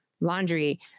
laundry